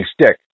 stick